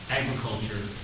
agriculture